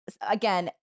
Again